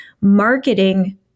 marketing